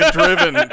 driven